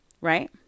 right